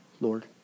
Lord